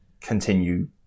continue